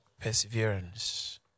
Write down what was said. perseverance